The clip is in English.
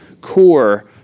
core